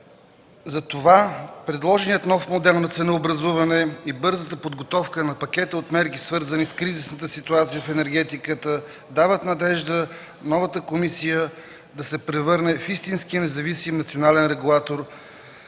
Затова предложеният нов модел на ценообразуване и бързата подготовка на пакета от мерки, свързани с кризисната ситуация в енергетиката, дават надежда новата комисия да се превърне в истински независим национален регулатор,